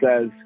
says